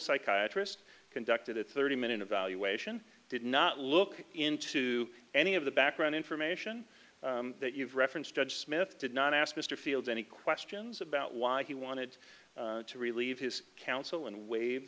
psychiatry just conducted a thirty minute evaluation did not look into any of the background information that you've referenced judge smith did not ask mr fields any questions about why he wanted to relieve his counsel and waive